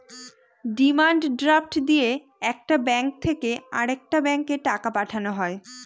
demand draft দিয়ে একটা bank থেকে আরেকটা ব্যাঙ্কে টাকা পাঠানো হয়